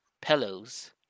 pillows